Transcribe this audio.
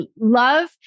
love